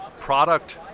product